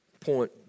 Point